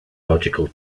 logical